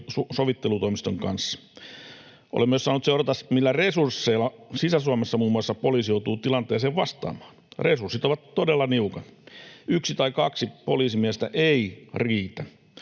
sovittelutoimiston kanssa. Olen myös saanut seurata, millä resursseilla muun muassa Sisä-Suomessa poliisi joutuu tilanteeseen vastaamaan. Resurssit ovat todella niukat. Yksi tai kaksi poliisimiestä ei riitä.